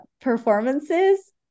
performances